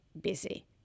busy